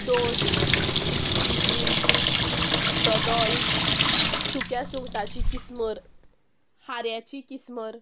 दोस बिबींक दोदोल सुक्या सुंगटांची किसमूर हाऱ्याची किसमूर